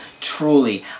Truly